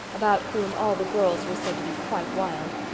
about whom all the girls were said to be quite wild.